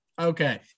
okay